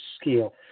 scale